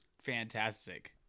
fantastic